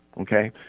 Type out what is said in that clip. Okay